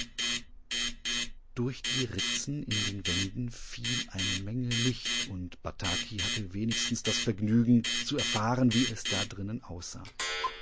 durch die ritzen in den wänden fiel eine menge licht und bataki hatte wenigstens das vergnügen zu erfahren wie es da drinnen aussah